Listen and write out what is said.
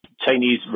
Chinese